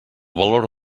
valor